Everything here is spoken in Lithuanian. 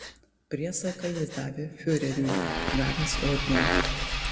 priesaiką jis davė fiureriui gavęs ordiną